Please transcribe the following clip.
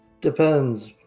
Depends